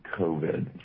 COVID